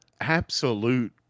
absolute